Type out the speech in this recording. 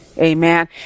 Amen